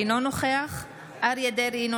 אינו נוכח אריה מכלוף דרעי,